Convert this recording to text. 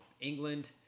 England